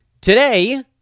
Today